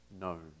known